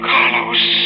Carlos